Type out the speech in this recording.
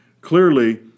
Clearly